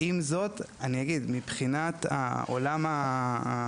אבל עם זאת אני אומר שמבחינת העולם הפיננסי,